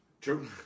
True